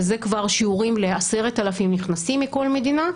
ואלה כבר שיעורים ל-10,000 נכנסים מכל מדינה.